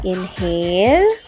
Inhale